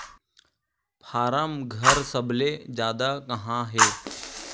form घर सबले जादा कहां हे